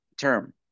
term